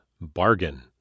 Bargain